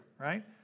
Right